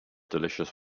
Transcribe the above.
delicious